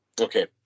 Okay